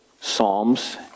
Psalms